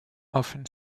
often